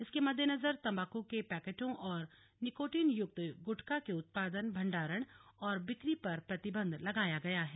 इसके मद्देनजर तंबाकू के पैकेटों और निकोटिन युक्त ग्टखा के उत्पादन भंडारण और बिक्री पर प्रतिबंध लगाया गया है